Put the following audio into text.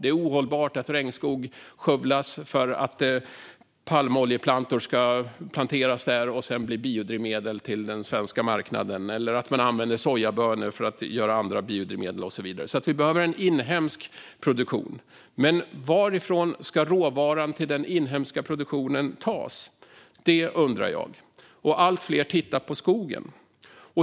Det är ohållbart att regnskog skövlas för att palmoljeplantor ska planteras där och sedan bli biodrivmedel till den svenska marknaden och att man använder sojabönor för att göra andra biodrivmedel. Vi behöver en inhemsk produktion, men varifrån ska råvaran till den inhemska produktionen tas? Det undrar jag. Allt fler tittar på skogen.